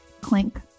clink